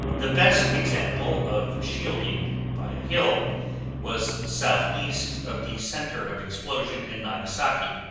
the best example of shielding by a hill was southeast of the center of explosion in nagasaki.